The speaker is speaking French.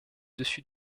dessus